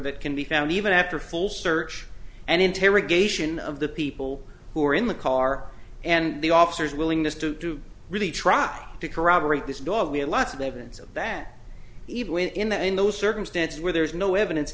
that can be found even after a full search and interrogation of the people who are in the car and the officers willingness to really try to corroborate this dog we have lots of evidence of that even in that in those circumstances where there is no evidence